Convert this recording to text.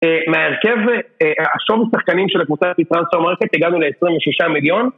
מההרכב, השום משחקנים של הקבוצה הפתרונות של המערכת הגענו ל-26 מיליון.